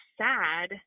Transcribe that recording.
sad